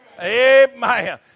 Amen